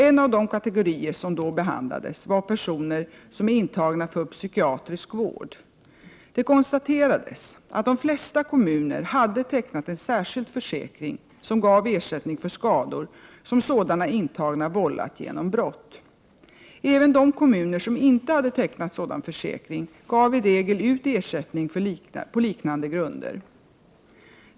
En av de kategorier som då behandlades var personer som är intagna för psykiatrisk vård. Det konstaterades att de flesta kommuner hade tecknat en särskild försäkring som gav ersättning för skador som sådana intagna vållat genom brott. Även de kommuner som inte hade tecknat sådan försäkring gav i regel ut ersättning på liknande grunder.